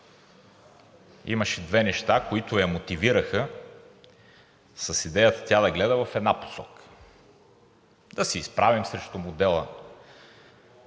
имаше две неща, които я мотивираха с идеята тя да гледа в една посока – да се изправим срещу модела,